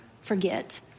forget